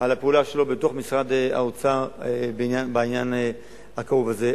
הפעולה שלו בתוך משרד האוצר בעניין הכאוב הזה.